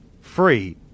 free